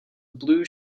blue